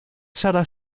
sarah